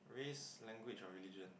race language or religion